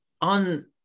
on